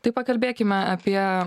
tai pakalbėkime apie